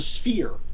sphere